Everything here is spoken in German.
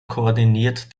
koordiniert